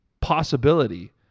possibility